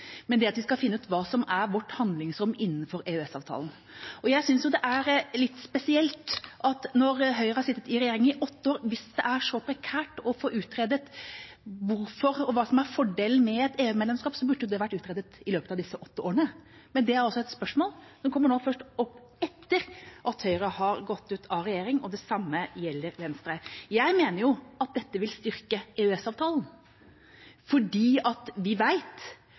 men at vi skal finne ut hva som er vårt handlingsrom innenfor EØS-avtalen. Jeg synes det er litt spesielt når Høyre har sittet i regjering i åtte år: Hvis det er så prekært å få utredet hvorfor og hva som er fordelen med et EU-medlemskap, burde jo det vært utredet i løpet av disse åtte årene. Det er altså et spørsmål som kommer opp først etter at Høyre har gått ut av regjering, og det samme gjelder Venstre. Jeg mener dette vil styrke EØS-avtalen, for vi vet at vi